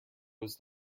was